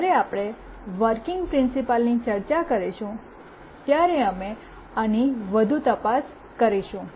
જ્યારે આપણે વર્કિંગ પ્રિન્સીપલની ચર્ચા કરીશું ત્યારે અમે આની વધુ તપાસ કરીશું